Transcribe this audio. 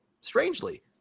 strangely